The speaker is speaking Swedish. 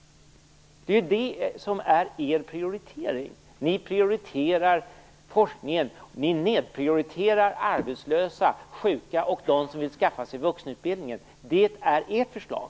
Det är ju det som är er prioritering. Ni prioriterar forskningen, medan ni ger arbetslösa, sjuka och dem som vill skaffa sig en vuxenutbildning lägre prioritet. Det är ert förslag.